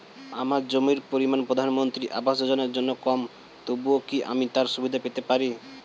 আমার জমির পরিমাণ প্রধানমন্ত্রী আবাস যোজনার জন্য কম তবুও কি আমি তার সুবিধা পেতে পারি?